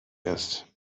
ist